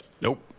Nope